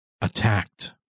attacked